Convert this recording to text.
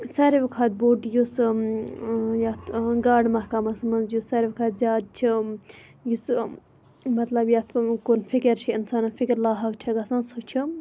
ساروی کھۄتہٕ بوٚڈ یُس یتھ گاڈٕ مَحکَمَس مَنٛز یُس ساروی کھۄتہٕ زیادٕ چھ یُس مَطلَب یَتھ کُن فکر چھِ اِنسانَس فکر لاحق چھِ گَژھان سُہ چھ